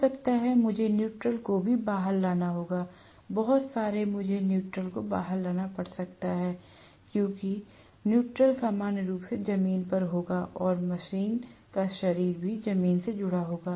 हो सकता है मुझे न्यूट्रॅल को भी बाहर लाना होगा बहुत बार मुझे न्यूट्रॅल को बाहर लाना पड़ सकता है क्योंकि न्यूट्रॅल सामान्य रूप से जमीन पर होगा और मशीन का शरीर भी जमीन से जुड़ा होगा